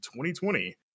2020